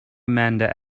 amanda